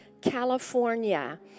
California